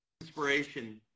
inspiration